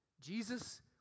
Jesus